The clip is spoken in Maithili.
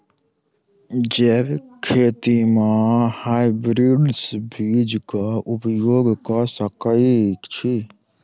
जैविक खेती म हायब्रिडस बीज कऽ उपयोग कऽ सकैय छी?